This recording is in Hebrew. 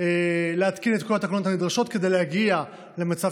להתקין את כל התקנות הנדרשות כדי להגיע למצב